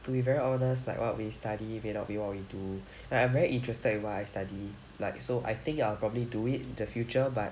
to be very honest like what we study may not be what we do like I'm very interested in what I study like so I think I'll probably do it the future but